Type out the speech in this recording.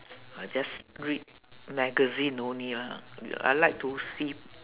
I just read magazine only lah ya I like to see